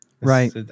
Right